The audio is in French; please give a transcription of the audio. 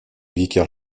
vicaire